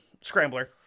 scrambler